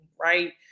Right